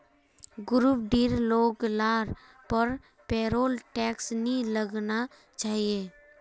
group डीर लोग लार पर पेरोल टैक्स नी लगना चाहि